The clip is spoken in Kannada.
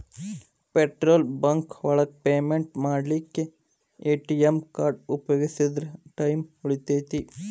ಪೆಟ್ರೋಲ್ ಬಂಕ್ ಒಳಗ ಪೇಮೆಂಟ್ ಮಾಡ್ಲಿಕ್ಕೆ ಎ.ಟಿ.ಎಮ್ ಕಾರ್ಡ್ ಉಪಯೋಗಿಸಿದ್ರ ಟೈಮ್ ಉಳಿತೆತಿ